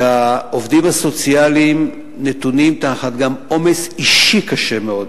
שהעובדים הסוציאליים נתונים גם תחת עומס אישי קשה מאוד.